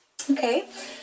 Okay